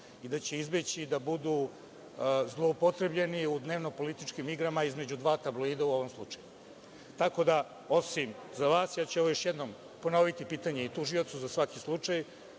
i da će izbeći da budu zloupotrebljeni u dnevno-političkim igrama, između dva tabloida u ovom slučaju. Tako da, osim za vas, ovo ću još jednom, pitanje ponoviti tužiocu, za svaki slučaj